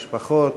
המשפחות,